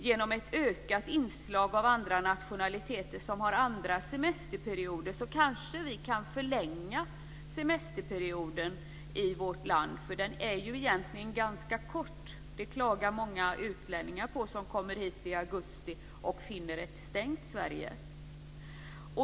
Genom ett ökat inslag av andra nationaliteter som har andra semesterperioder kanske vi kan förlänga semesterperioden i vårt land, eftersom den egentligen är ganska kort. Det klagar många utlänningar på som kommer hit i augusti och finner ett stängt Sverige.